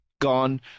gone